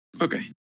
okay